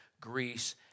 Greece